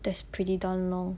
that's pretty darn long